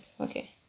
Okay